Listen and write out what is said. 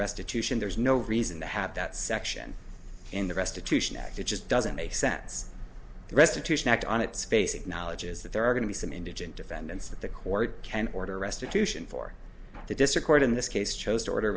restitution there's no reason to have that section in the restitution act it just doesn't make sense restitution act on its face acknowledges that there are going to be some indigent defendants that the court can order restitution for the district court in this case chose to order